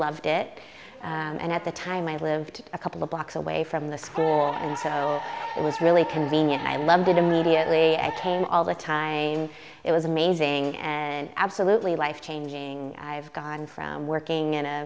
loved it and at the time i lived a couple blocks away from the school and so it was really convenient i loved it immediately i came all the time it was amazing and absolutely life changing i've gone from working in a